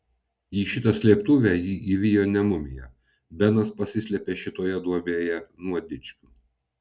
į šitą slėptuvę jį įvijo ne mumija benas pasislėpė šitoje duobėje nuo dičkių